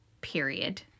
period